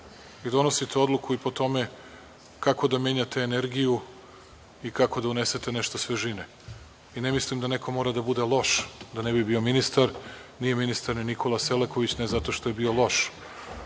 donositi odluku i po tome kako da menjate energiju i kako da unesete nešto svežine. Ne mislim da neko mora da bude loš da ne bi bio ministar. Nije ministar Nikola Selaković zato što je bio loš,